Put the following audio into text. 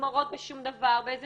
נגמרות בשום דבר, באיזה